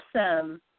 Awesome